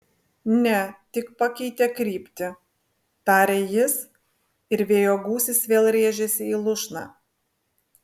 ne tik pakeitė kryptį tarė jis ir vėjo gūsis vėl rėžėsi į lūšną